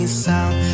sound